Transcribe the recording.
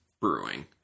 brewing